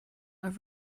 are